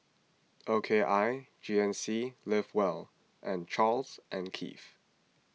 O K I G N C Live Well and Charles and Keith